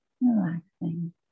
Relaxing